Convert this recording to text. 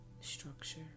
structure